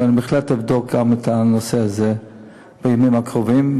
ואני בהחלט אבדוק גם את הנושא הזה בימים הקרובים.